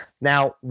Now